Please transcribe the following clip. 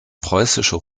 preußische